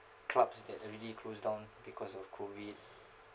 clubs that already closed down because of COVID